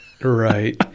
Right